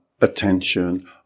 attention